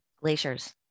Glaciers